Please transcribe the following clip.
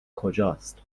کجاست